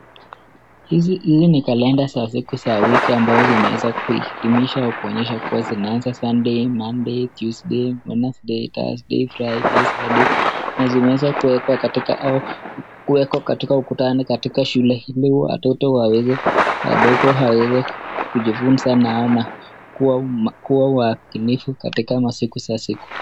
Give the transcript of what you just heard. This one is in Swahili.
Hizi ni kalenda za siku za wiki ambazo zimeweza kuhitimishwa kuonyesha kuwa zinaanza Sunday , Monday , Tuesday , Wednesday , Thursday , Friday , Saturday , na zimeweza kuwekwa katika au kuwekwa katika ukuta ndani ya shule ili watoto waweze, wadogo waweze kujifunza na kuwa wakinifu katika masiku za siku.